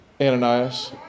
Ananias